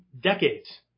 decades